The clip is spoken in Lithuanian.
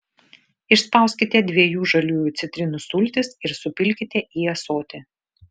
išspauskite dviejų žaliųjų citrinų sultis ir supilkite į ąsotį